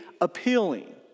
appealing